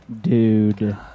Dude